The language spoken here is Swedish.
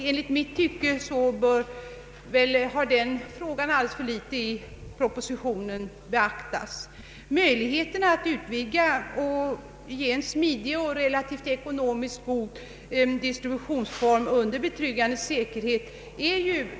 Enligt mitt tycke har den frågan alldeles för litet beaktats i propositionen. Dessa läkemedelsförråd ger möjligheter att utvidga och ge en smidig och relativt ekonomiskt god distributionsform under betryggande sä kerhet.